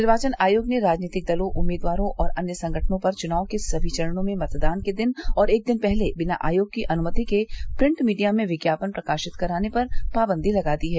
निर्वाचन आयोग ने राजनीतिक दलों उम्मीदवारों और अन्य संगठनों पर चुनाव के सभी चरणों में मतदान के दिन और एक दिन पहले बिना आयोग की अनुमति के प्रिंट मीडिया में विज्ञापन प्रकाशित कराने पर पाबंदी लगा दी है